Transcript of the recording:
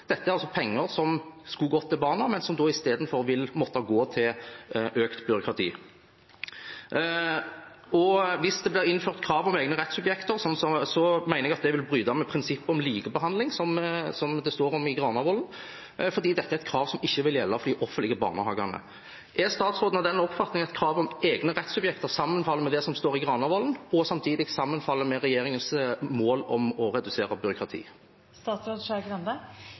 Dette er altså penger som skulle gått til barna, men som i stedet vil måtte gå til økt byråkrati. Hvis det blir innført krav om barnehager som egne rettssubjekter, mener jeg at det vil bryte med prinsippet om likebehandling, som det står om i Granavolden, fordi dette er et krav som ikke vil gjelde for de offentlige barnehagene. Er statsråden av den oppfatning at kravet om barnehager som egne rettssubjekter sammenfaller med det som står i Granavolden, og samtidig sammenfaller med regjeringens mål om å redusere byråkrati?